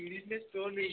କିଡ଼ନୀରେ stone ହେଇଛି